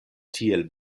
tiel